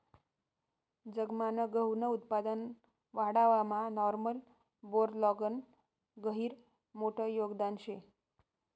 जगमान गहूनं उत्पादन वाढावामा नॉर्मन बोरलॉगनं गहिरं मोठं योगदान शे